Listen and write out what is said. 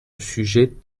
sujet